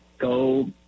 Go